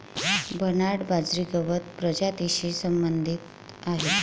Bernard बाजरी गवत प्रजातीशी संबंधित आहे